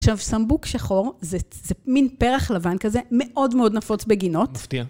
עכשיו, סמבוק שחור, זה מין פרח לבן כזה, מאוד מאוד נפוץ בגינות. מפתיע.